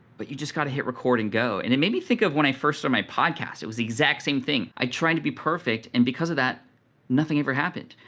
but you just gotta hit record and go. and it made me think of when i first started so my podcast. it was the exact same thing. i tried to be perfect and because of that nothing ever happened.